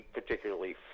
particularly